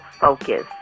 focus